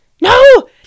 No